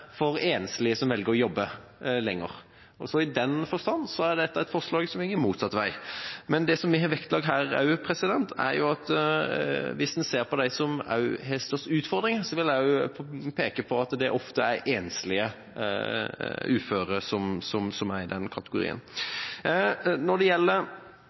for enslige som velger å jobbe lenger, så i den forstand er dette et forslag som går motsatt vei. Men det vi har vektlagt her, og som jeg vil peke på, er at hvis en ser på dem som har størst utfordringer, er det ofte enslige uføre som er i den kategorien. Når det gjelder